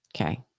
Okay